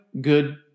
good